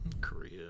Korea